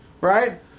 Right